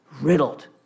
riddled